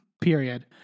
Period